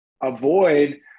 avoid